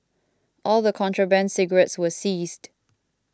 all the contraband cigarettes were seized